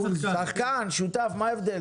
שחקן, שותף מה ההבדל?